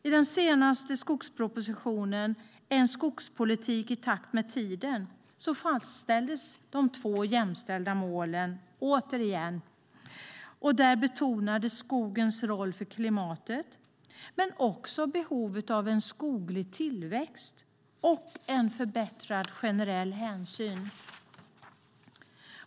I den senaste skogspropositionen En skogspolitik i takt med tiden fastställdes återigen de två jämställda målen. Där betonades skogens roll för klimatet men också behovet av ökad skoglig tillväxt och en förbättrad generell hänsyn.